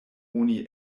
oni